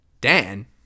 Dan